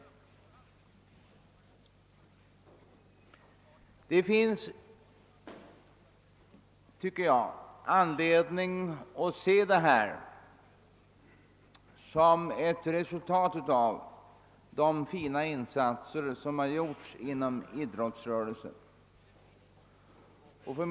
Det finns enligt min mening anledning betrakta detta som ett resultat av de förnämliga insatser idrottsrörelsen gjort.